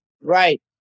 Right